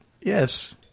Yes